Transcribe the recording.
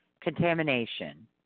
contamination